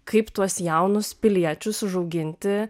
kaip tuos jaunus piliečius užauginti